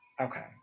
Okay